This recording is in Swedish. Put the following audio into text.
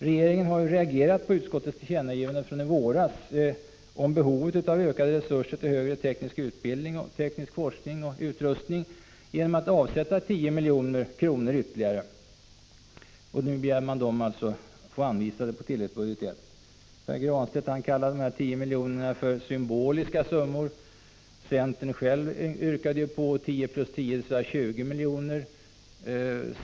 Regeringen har reagerat på utskottets tillkännagivande från i våras om behov av ökade resurser till högre teknisk utbildning samt teknisk forskning och utrustning genom att avsätta 10 milj.kr. ytterligare. Nu begär man att få de medlen anvisade på tilläggsbudget I. Pär Granstedt kallar dessa 10 miljoner en symbolisk summa. Centern själv yrkade på 10 plus 10, dvs. 20 milj.kr.